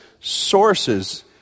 sources